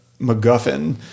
MacGuffin